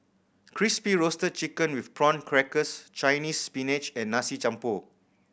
Crispy Roasted Chicken with Prawn Crackers Chinese Spinach and Nasi Campur